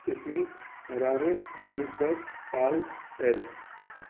Sydney Harare Johannesburg paul Paris